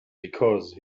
because